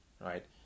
right